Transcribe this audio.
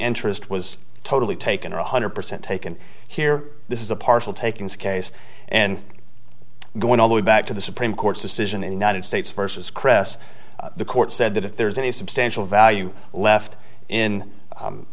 interest was totally taken one hundred percent taken here this is a partial takings case and going all the way back to the supreme court's decision in the united states versus cress the court said that if there's any substantial value left in